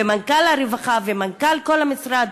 מנכ"ל משרד הרווחה ומנכ"ל כל המשרד,